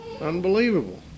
Unbelievable